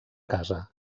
casa